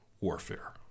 warfare